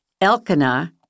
Elkanah